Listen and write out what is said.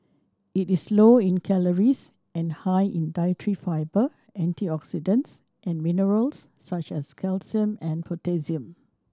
it is low in calories and high in dietary fibre antioxidants and minerals such as calcium and potassium